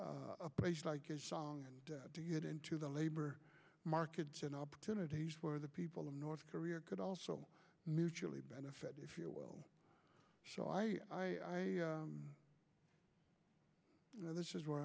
a place like a song and to get into the labor market and opportunities for the people of north korea could also mutually benefit if you will so i know this is where